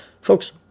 Folks